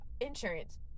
insurance